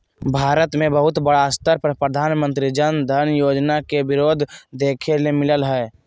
भारत मे बहुत बड़ा स्तर पर प्रधानमंत्री जन धन योजना के विरोध देखे ले मिललय हें